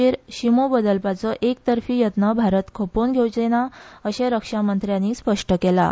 चेर शीमो बदलपाचो एकतर्फी यत्न भारत खपोवन घेवचो ना अशेंय रक्षामंत्र्यानी स्पष्ट केलां